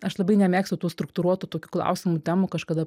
aš labai nemėgstu tų struktūruotų tokių klausimų temų kažkada